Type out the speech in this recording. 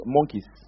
Monkeys